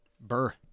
Burr